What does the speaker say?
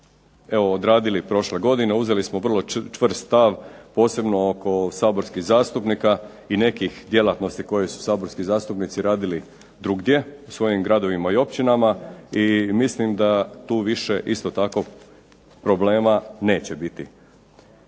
odradili prošle godine, uzeli smo vrlo čvrst stav, posebno oko saborskih zastupnika i nekih djelatnosti koje su saborski zastupnici radili drugdje u svojim gradovima i općinama i mislim da tu više problema neće biti.